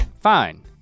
Fine